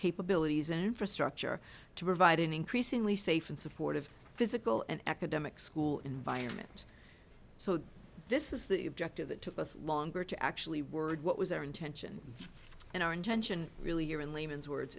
capabilities infrastructure to provide an increasingly safe and supportive physical and academic school environment so this is the objective that took us longer to actually word what was our intention and our intention really or in layman's words